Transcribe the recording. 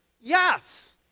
yes